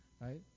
Right